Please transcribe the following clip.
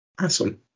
awesome